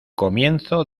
comienzo